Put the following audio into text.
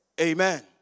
Amen